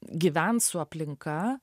gyvent su aplinka